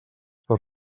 per